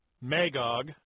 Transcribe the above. Magog